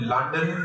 London